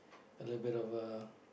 a little bit of a